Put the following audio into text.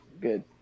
Good